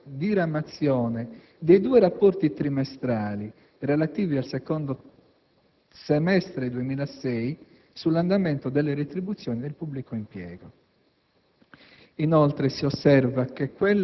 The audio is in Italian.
e ciò spiega la mancata diramazione dei due rapporti trimestrali relativi al secondo semestre 2006 sull'andamento delle retribuzioni del pubblico impiego.